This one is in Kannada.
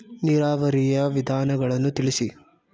ನೀರಾವರಿಯ ವಿಧಾನಗಳನ್ನು ತಿಳಿಸಿ?